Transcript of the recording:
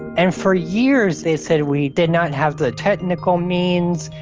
and for years they said, we did not have the technical means.